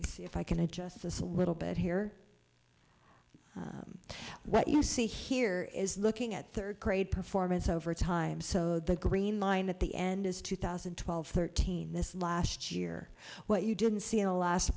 it's see if i can adjust this a little bit here what you see here is looking at third grade performance over time so the green line at the end is two thousand and twelve thirteen this last year what you didn't see in